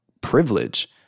privilege